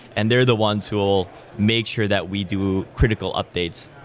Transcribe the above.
and they're the ones who'll make sure that we do critical updates.